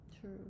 true